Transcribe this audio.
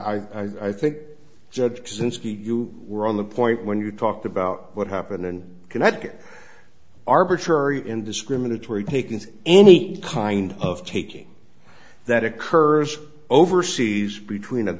kozinski you were on the point when you talked about what happened in connecticut arbitrary in discriminatory taking any kind of taking that occurs overseas between